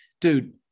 Dude